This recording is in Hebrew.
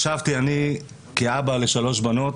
אני כאב לשלוש בנות,